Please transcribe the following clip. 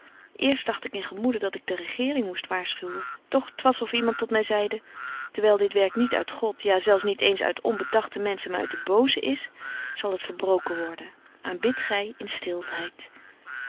eerst dacht ik in gemoede dat ik de regeering moest waarschuwen doch t was of iemand tot my zeide dewyl dit werk niet uit god ja zelf niet eens uit onbedagte menschen maar uit den bozen is zal het verbroken worden aanbidt gy in stilheid